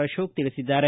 ಅಶೋಕ್ ತಿಳಿಸಿದ್ದಾರೆ